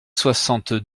soixante